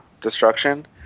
destruction